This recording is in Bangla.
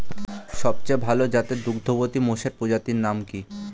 সবচেয়ে ভাল জাতের দুগ্ধবতী মোষের প্রজাতির নাম কি?